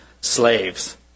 slaves